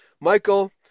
Michael